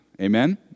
Amen